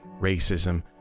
racism